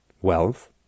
wealth